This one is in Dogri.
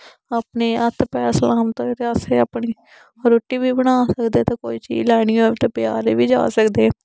अपने हत्थ पैर सलामत होए ते असें अपनी रूट्टी बी बना सकदे ते कोई चीज लैनी होए उत्थे बजारे बी जा सकदे